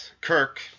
Kirk